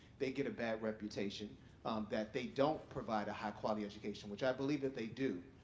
they get a bad reputation that they don't provide a high-quality education, which i believe that they do.